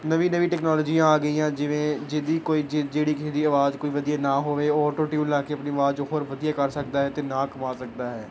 ਨਵੀਂ ਨਵੀਂ ਟੈਕਨੋਲੋਜੀ ਆ ਗਈਆਂ ਜਿਵੇਂ ਜਿਹਦੀ ਕੋਈ ਜਿ ਜਿਹੜੀ ਕਿਸੇ ਦੀ ਆਵਾਜ਼ ਕੋਈ ਵਧੀਆ ਨਾ ਹੋਵੇ ਉਹ ਓਟੋ ਟਿਊਨ ਲਾ ਕੇ ਆਪਣੀ ਅਵਾਜ਼ ਨੂੰ ਹੋਰ ਵਧੀਆ ਕਰ ਸਕਦਾ ਹੈ ਅਤੇ ਨਾਮ ਕਮਾ ਸਕਦਾ ਹੈ